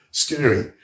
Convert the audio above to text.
scary